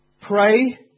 Pray